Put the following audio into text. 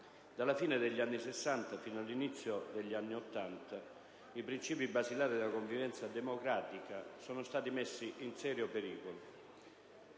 Dalla fine degli anni Sessanta fino all'inizio degli anni Ottanta, i principi basilari della convivenza democratica sono stati messi in serio pericolo.